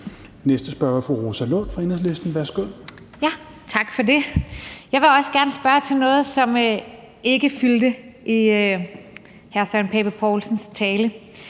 næste spørger er fru Rosa Lund fra Enhedslisten. Værsgo. Kl. 16:54 Rosa Lund (EL): Tak for det. Jeg vil også gerne spørge til noget, som ikke fyldte i hr. Søren Pape Poulsens tale,